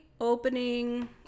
opening